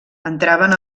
entraven